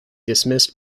dismissed